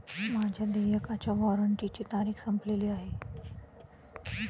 माझ्या देयकाच्या वॉरंटची तारीख संपलेली आहे